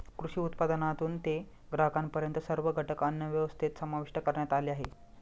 कृषी उत्पादनापासून ते ग्राहकांपर्यंत सर्व घटक अन्नव्यवस्थेत समाविष्ट करण्यात आले आहेत